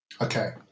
Okay